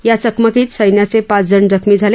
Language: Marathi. या चकमकीत सैन्याचे पाच जण जखमी झाले